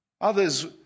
Others